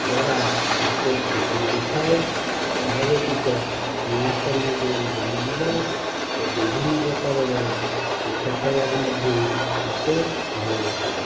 ଦ୍ୱାରା ମୋତେ ଖୁସି ମିଳିଥାଏ ଏହା ବ୍ୟତୀତ ନୂଆ ସ୍ଥାନକୁ ବୁଲିଯିବା ଓ ବିଭିନ୍ନ ପ୍ରକାରର ପିଠା କହିବାକୁ ମଧ୍ୟ ମୋତେ ଭଲ ଲାଗିଥାଏ